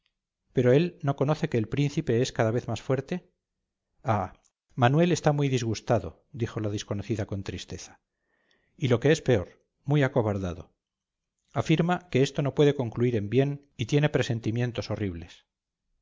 pero él no conoce que el del príncipe es cada vez más fuerte ah manuel está muy disgustado dijo la desconocida con tristeza y lo que es peor muy acobardado afirma que esto no puede concluir en bien y tiene presentimientos horribles